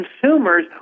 consumers